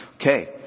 Okay